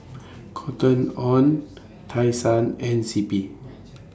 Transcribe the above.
Cotton on Tai Sun and C P